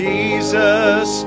Jesus